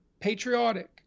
patriotic